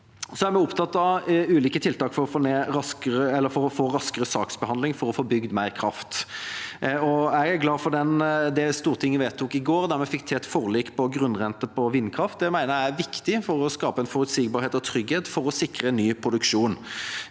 Vi er opptatt av ulike tiltak for å få raskere saksbehandling for å få bygd mer kraft. Jeg er glad for det Stortinget vedtok i går, der vi fikk til et forlik på grunnrente på vindkraft. Det mener jeg er viktig for å skape forutsig barhet og trygghet for å sikre ny produksjon.